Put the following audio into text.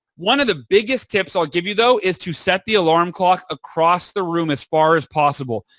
one of the biggest tips i'll give you though is to set the alarm clock across the room as far as possible.